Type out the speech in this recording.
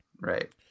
right